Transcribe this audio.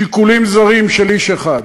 שיקולים זרים של איש אחד,